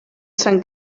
sant